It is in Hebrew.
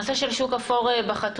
הנושא של שוק אפור בחתונות,